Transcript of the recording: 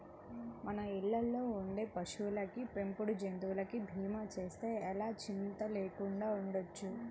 మన ఇళ్ళల్లో ఉండే పశువులకి, పెంపుడు జంతువులకి భీమా చేస్తే ఎలా చింతా లేకుండా ఉండొచ్చు